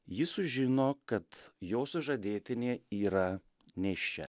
jis sužino kad jo sužadėtinė yra nėščia